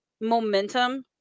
momentum